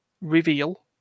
reveal